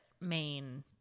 main